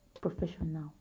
professional